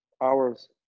hours